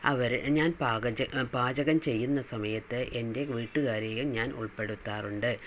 അവര് ഞാൻ പാകം പാചകം ചെയ്യുന്ന സമയത്ത് എൻ്റെ വീട്ടുകാരെയും ഞാൻ ഉൾപ്പെടുത്താറുണ്ട്